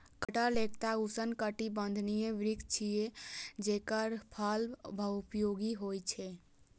कटहल एकटा उष्णकटिबंधीय वृक्ष छियै, जेकर फल बहुपयोगी होइ छै